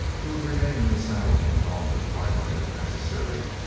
he would remain in the saddle from dawn to twilight, if necessary,